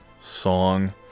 song